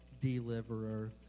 deliverer